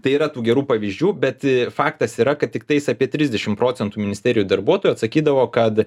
tai yra tų gerų pavyzdžių bet faktas yra kad tiktais apie trisdešimt procentų ministerijų darbuotojų sakydavo kad